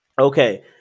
Okay